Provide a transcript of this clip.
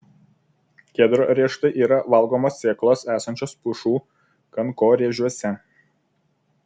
kedro riešutai yra valgomos sėklos esančios pušų kankorėžiuose